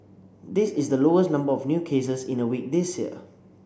this is the lowest number of new cases in a week this year